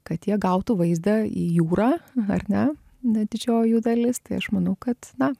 kad jie gautų vaizdą į jūrą ar ne na didžioji dalis tai aš manau kad na